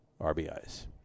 RBIs